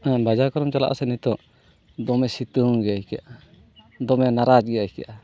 ᱵᱟᱡᱟᱨ ᱠᱚᱨᱮᱢ ᱪᱟᱞᱟᱜᱼᱟ ᱥᱮ ᱱᱤᱛᱚᱜ ᱫᱚᱢᱮ ᱥᱤᱛᱩᱝ ᱜᱮ ᱤᱠᱟᱹᱜᱼᱟ ᱫᱚᱢᱮ ᱱᱟᱨᱟᱡᱽ ᱜᱮ ᱟᱹᱭᱠᱟᱹᱜᱼᱟ